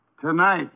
Tonight